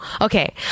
Okay